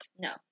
No